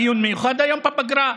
דיון מיוחד היום בפגרה,